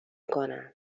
کنم